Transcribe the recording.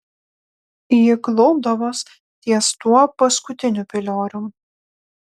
ji klaupdavos ties tuo paskutiniu piliorium